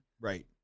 right